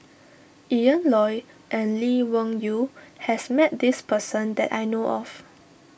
Ian Loy and Lee Wung Yew has met this person that I know of